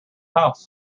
house